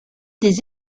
des